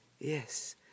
Yes